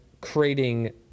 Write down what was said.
creating